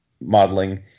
modeling